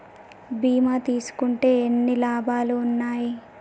బీమా తీసుకుంటే ఎన్ని లాభాలు ఉన్నాయి?